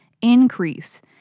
increase